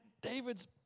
David's